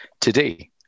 today